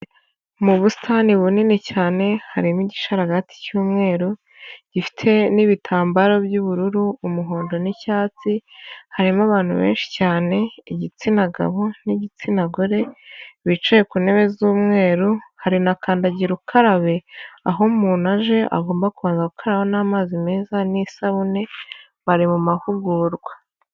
Mu busitani bunini cyane harimo igisharagati cy'umweru gifite n'ibitambaro by'ubururu, umuhondo n'icyatsi, harimo abantu benshi cyane igitsina gabo n'igitsina gore bicaye ku ntebe z'umweru, hari na kandagira ukarabe aho umuntu aje agomba kubanza gukaraba n'amazi meza n'isabune bari mu mahugurwa.